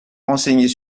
renseigner